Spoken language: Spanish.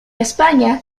españa